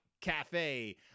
Cafe